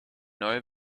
neue